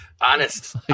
Honest